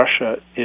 Russia